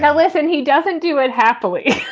now, if and he doesn't do it happily,